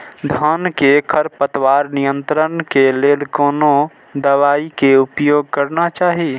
धान में खरपतवार नियंत्रण के लेल कोनो दवाई के उपयोग करना चाही?